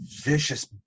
vicious